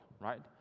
right